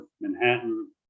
Manhattan